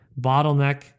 bottleneck